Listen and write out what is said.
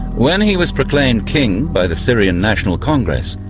when he was proclaimed king by the syrian national congress,